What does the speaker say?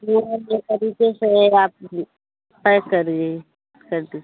pack कर दीजिए